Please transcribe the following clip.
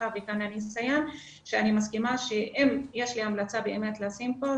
שאני מסכימה שאם יש לי המלצה לשים כאן